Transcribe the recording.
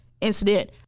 incident